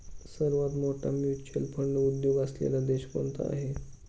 सर्वात मोठा mutual fund उद्योग असलेला देश कोणता आहे?